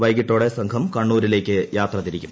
വൈകീട്ടോടെ സംഘം കണ്ണൂരിലേക്ക് യാത്ര തിരിക്കും